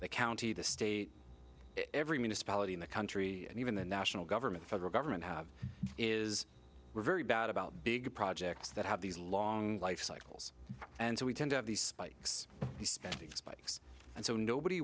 the county the state every municipality in the country and even the national government the federal government have is very bad about big projects that have these long life cycles and so we tend to have these spikes spending spikes and so nobody